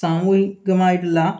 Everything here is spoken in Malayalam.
സാമൂഹികമായിട്ടുള്ള